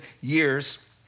years